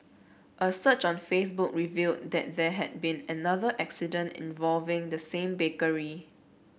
a search on Facebook revealed that there had been another incident involving the same bakery